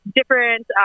different